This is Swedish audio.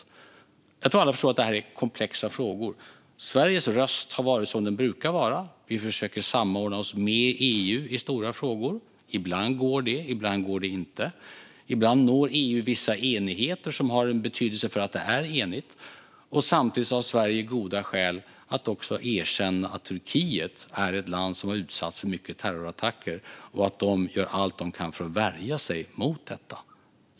Jag tror att alla förstår att det är komplexa frågor. Sveriges röst har varit som den brukar vara. Vi försöker samordna oss med EU i stora frågor. Ibland går det. Ibland går det inte. Ibland når EU vissa enigheter. Samtidigt har Sverige goda skäl att erkänna att Turkiet är ett land som har utsatts för mycket terrorattacker och att de gör allt de kan för att värja sig mot detta.